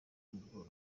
narwo